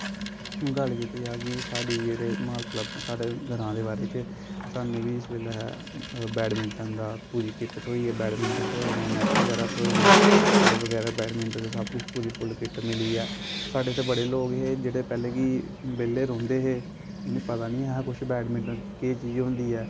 हून गल्ल कीती जा कि साढ़ी जेह्ड़े साढ़े ग्रांऽ दे बारे च सानूं बी इस बेल्लै बैटमिंटन दा पूरी किट थ्होई ऐ बैटमिंटन थ्होए न नैट बगैरा थ्होए न होर बगैरा बैटमिंटन दी सब किश पूरी किट्ट मिली ऐ साढ़े चा बड़े लोग हे जेह्ड़े पैह्ले कि बेह्ले रौंह्दे हे उ'नें गी पता निं ऐ हा कुछ बैटमिंटन केह् चीज होंदी ऐ